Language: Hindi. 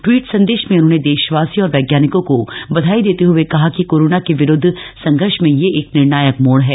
टवीट संदेश में उन्होंने देशवासियों और वैज्ञानिकों को बधाई देते हुए कहा कि कोरोना के विरूद्व संघर्ष में यह एक निर्णायक मोड़ है